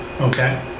Okay